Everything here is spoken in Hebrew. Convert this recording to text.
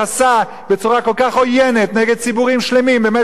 כל כך עוינת נגד ציבורים שלמים במשך 60 שנה,